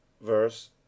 Verse